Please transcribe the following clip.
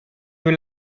will